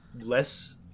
less